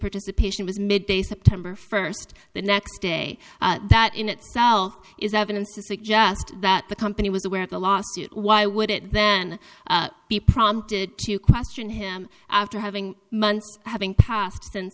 participation was mid day september first the next day that in itself is evidence to suggest that the company was aware of the lawsuit why would it then be prompted to question him after having months having passed since